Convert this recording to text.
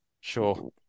Sure